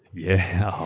yeah,